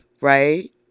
Right